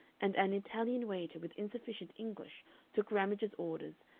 and an italian waiter with insufficient english took ramage's orders,